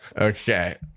Okay